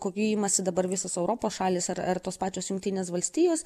kokių imasi dabar visos europos šalys ar ar tos pačios jungtinės valstijos